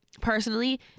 personally